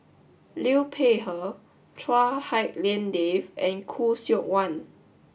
Liu Peihe Chua Hak Lien Dave and Khoo Seok Wan